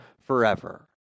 forever